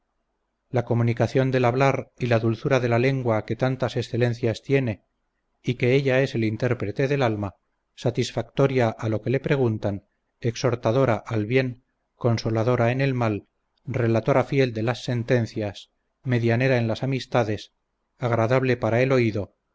la comunicación del hablar y la dulzura de la lengua que tantas excelencias tiene y que ella es el intérprete del alma satisfactoria a lo que le preguntan exhortadora al bien consoladora en el mal relatora fiel de las sentencias medianera en las amistades agradable para el oído